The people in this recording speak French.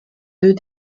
deux